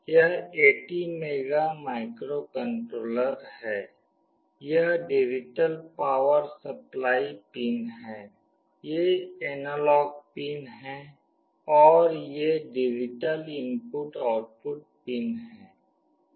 यह ATmega microcontroller है यह डिजिटल पावर सप्लाई पिन है ये एनालॉग पिन हैं और ये डिजिटल इनपुट आउटपुट पिन हैं